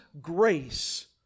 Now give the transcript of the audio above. grace